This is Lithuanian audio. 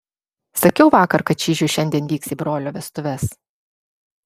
sakiau vakar kad čyžius šiandien vyks į brolio vestuves